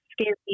scary